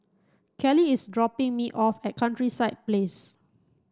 Kelli is dropping me off at Countryside Place